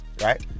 right